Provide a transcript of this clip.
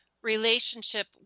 relationship